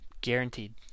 Guaranteed